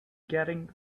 getting